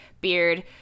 beard